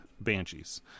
banshees